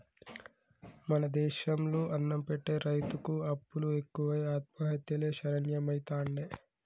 మన దేశం లో అన్నం పెట్టె రైతుకు అప్పులు ఎక్కువై ఆత్మహత్యలే శరణ్యమైతాండే